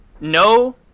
no